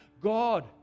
God